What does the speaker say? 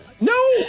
No